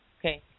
Okay